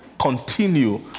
Continue